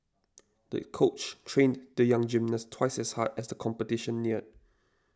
the coach trained the young gymnast twice as hard as the competition neared